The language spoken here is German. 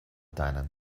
deinen